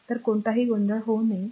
तर कोणताही गोंधळ होऊ नये